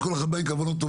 כלום לא יעזור.